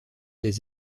des